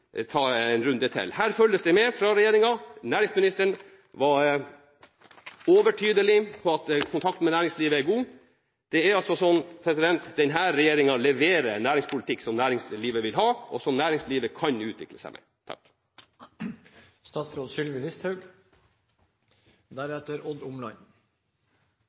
ta en runde til. Her følger regjeringen med. Næringsministeren var overtydelig på at kontakten med næringslivet er god. Denne regjeringen leverer en næringspolitikk som næringslivet vil ha, og som næringslivet kan utvikle seg med.